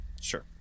Sure